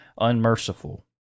unmerciful